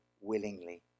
willingly